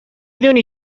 دونی